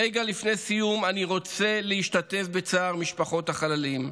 רגע לפני סיום אני רוצה להשתתף בצער משפחות החללים,